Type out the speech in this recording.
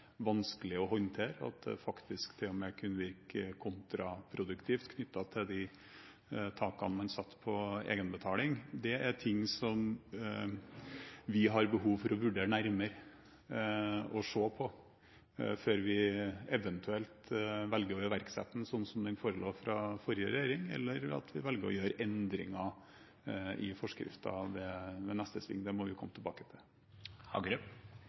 vanskelig å håndtere, og at det faktisk til og med kunne virke kontraproduktivt knyttet til de takene man satte på egenbetaling. Det er ting som vi har behov for å vurdere nærmere, og se på, før vi eventuelt velger å iverksette forskriften sånn som den forelå fra forrige regjering, eller vi velger å gjøre endringer i den ved neste sving. Det må vi komme tilbake